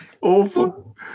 awful